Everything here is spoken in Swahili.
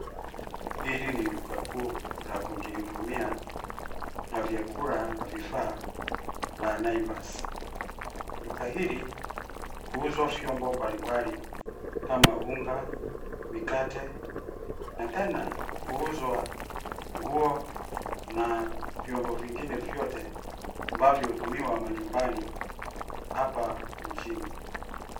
Hili ni duka kuu, la kujihudumia, na vyakula na vifaa, la Naivas. Duka hili, huuzwa vyombo mbalimbali kama unga, mikate, na tena huuzwa nguo, na vyombo vingine vyote, ambavyo hutumiwa manyumbani hapa mjini.